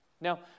Now